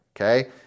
okay